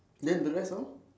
then the rest all